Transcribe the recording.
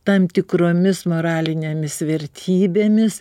tam tikromis moralinėmis vertybėmis